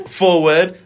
forward